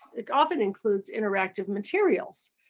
it often includes interactive materials.